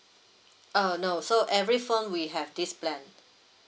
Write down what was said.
uh no so every phone we have this plan